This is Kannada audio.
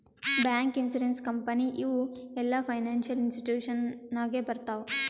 ಬ್ಯಾಂಕ್, ಇನ್ಸೂರೆನ್ಸ್ ಕಂಪನಿ ಇವು ಎಲ್ಲಾ ಫೈನಾನ್ಸಿಯಲ್ ಇನ್ಸ್ಟಿಟ್ಯೂಷನ್ ನಾಗೆ ಬರ್ತಾವ್